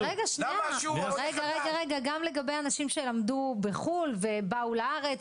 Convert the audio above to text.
גם לגבי אנשים שלמדו בחו"ל ובאו לארץ